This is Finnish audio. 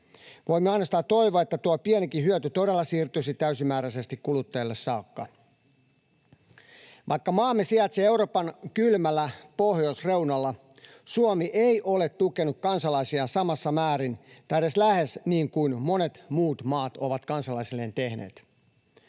Voimme ainoastaan toivoa, että tuo pienikin hyöty todella siirtyisi täysimääräisesti kuluttajille saakka. Vaikka maamme sijaitsee Euroopan kylmällä pohjoisreunalla, Suomi ei ole tukenut kansalaisiaan samassa määrin, tai edes lähes, kuin monet muut maat ovat kansalaisilleen tehneet.